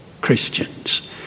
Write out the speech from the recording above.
Christians